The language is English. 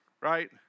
right